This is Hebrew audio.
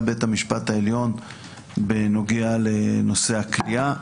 בית המשפט העליון בנוגע לנושא הכליאה.